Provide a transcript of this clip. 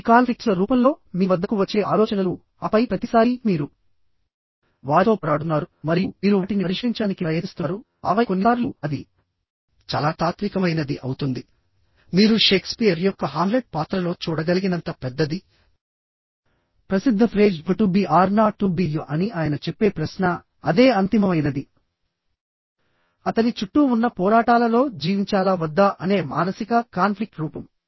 ఇవి కాన్ఫ్లిక్ట్స్ ల రూపంలో మీ వద్దకు వచ్చే ఆలోచనలు ఆపై ప్రతిసారీ మీరువారితో పోరాడుతున్నారు మరియు మీరు వాటిని పరిష్కరించడానికి ప్రయత్నిస్తున్నారు ఆపై కొన్నిసార్లు అది చాలా తాత్వికమైనది అవుతుంది మీరు షేక్స్పియర్ యొక్క హామ్లెట్ పాత్రలో చూడగలిగినంత పెద్దది ప్రసిద్ధ phrase to be or not to be అని ఆయన చెప్పే ప్రశ్న అదే అంతిమమైనదిఅతని చుట్టూ ఉన్న పోరాటాలలో జీవించాలా వద్దా అనే మానసిక కాన్ఫ్లిక్ట్ రూపం